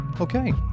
Okay